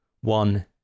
One